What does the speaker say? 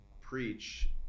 preach